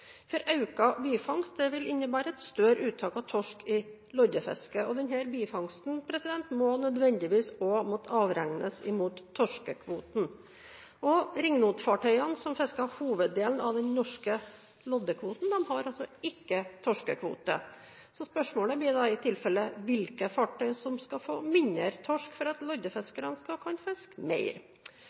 vil innebære et større uttak av torsk i loddefisket, og denne bifangsten må nødvendigvis også måtte avregnes mot torskekvoten. Ringnotfartøyene som fisker hoveddelen av den norske loddekvoten, har ikke torskekvote. Spørsmålet blir da i tilfelle hvilke fartøy som skal få mindre torsk for at loddefiskerne skal kunne fiske mer.